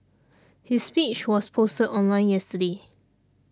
his speech was posted online yesterday